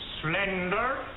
slender